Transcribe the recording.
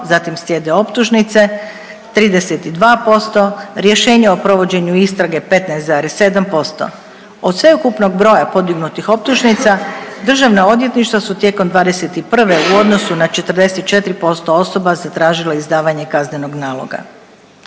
zatim slijede optužnice 32%, rješenje o provođenju istrage 15,7%. Od sveukupnog broja podignutih optužnica državna odvjetništva su tijekom 2021. u odnosu na 44% osoba zatražile izdavanje kaznenog naloga.